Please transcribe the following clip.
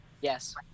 Yes